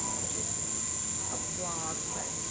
which is a blog but